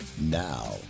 Now